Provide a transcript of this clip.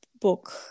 book